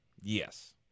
Yes